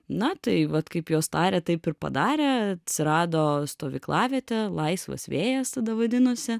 na tai vat kaip jos tarė taip ir padarė atsirado stovyklavietė laisvas vėjas tada vadinosi